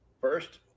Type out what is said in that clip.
first